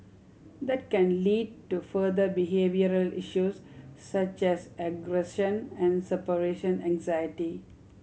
that can lead to further behavioural issues such as aggression and separation anxiety